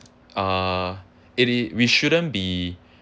uh it it we shouldn't be